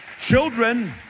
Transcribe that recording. Children